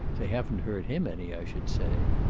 they haven't hurt him any, i should say.